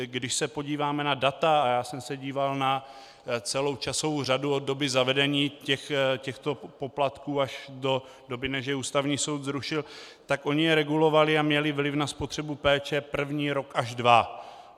Když se podíváme na data, a já jsem se díval na celou časovou řadu od doby zavedení těchto poplatků až do doby, než je Ústavní soud zrušil, tak je regulovaly a měly vliv na spotřebu péče první rok až dva.